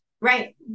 Right